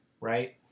right